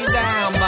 down